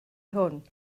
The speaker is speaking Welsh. hwn